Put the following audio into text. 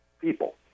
people